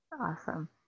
Awesome